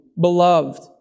beloved